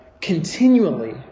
continually